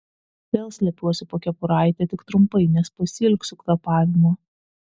vėl slepiuosi po kepuraite tik trumpai nes pasiilgsiu kvėpavimo